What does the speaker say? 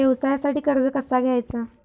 व्यवसायासाठी कर्ज कसा घ्यायचा?